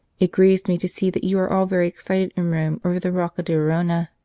it grieves me to see that you are all very excited in rome over the rocca d arona.